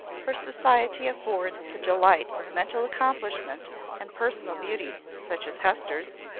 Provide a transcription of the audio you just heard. her society affords the delight of mental accomplishment and personal beauty, such as hester's,